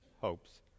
hopes